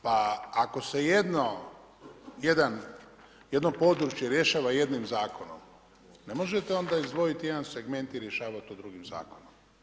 Pa ako se jedno područje rješava jednim zakonom, ne možete onda izdvojiti jedan segment i rješavati to drugim zakonom.